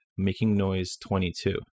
MAKINGNOISE22